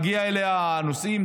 מגיעים אליה הנושאים,